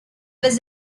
was